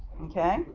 okay